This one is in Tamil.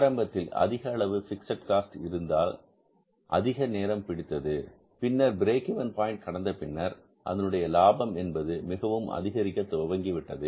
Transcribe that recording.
ஆரம்பத்தில் அதிக அளவு பிக்ஸட் காஸ்ட் இருந்ததால் அதிக நேரம் பிடித்தது பின்னர் பிரேக் இவென் பாயின்ட் கடந்த பின்னர் அதனுடைய லாபம் என்பது மிகவும் அதிகரிக்கத் தொடங்கிவிட்டது